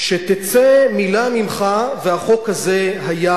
שתצא מלה ממך והחוק הזה היה